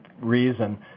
reason